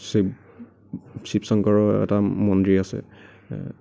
শিৱ শিৱ শংকৰৰ এটা মন্দিৰ আছে